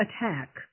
attack